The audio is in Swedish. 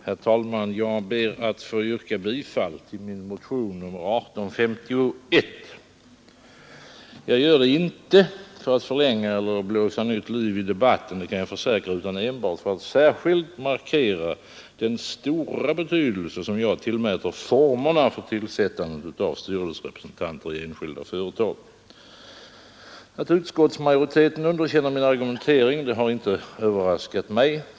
Herr talman! Jag ber att få yrka bifall till min motion nr 1851. Jag kan försäkra att jag inte gör det för att förlänga eller blåsa nytt liv i debatten utan för att särskilt markera den stora betydelse som jag tillmäter formerna för tillsättandet av styrelserepresentanter i enskilda företag. Att utskottsmajoriteten underkänner min argumentering är inte överraskande.